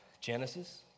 Genesis